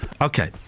Okay